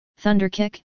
Thunderkick